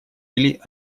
или